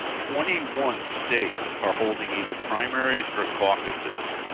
twenty one states are holding either primaries or caucuses.